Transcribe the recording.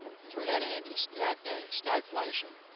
because we're heading into stagnate, stagflation,